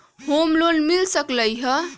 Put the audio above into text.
Home loan मिल सकलइ ह?